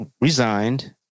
resigned